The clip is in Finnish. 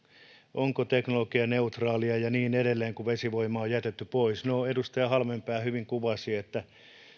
onko teknologianeutraalia ja niin edelleen kun vesivoima on jätetty pois no edustaja halmeenpää hyvin kuvasi että